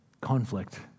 conflict